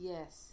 Yes